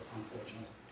unfortunately